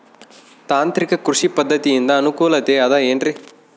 ತಾಂತ್ರಿಕ ಕೃಷಿ ಪದ್ಧತಿಯಿಂದ ಅನುಕೂಲತೆ ಅದ ಏನ್ರಿ?